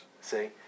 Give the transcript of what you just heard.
See